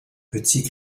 petit